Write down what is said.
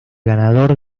ganador